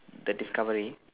the discovery